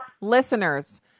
listeners